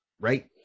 right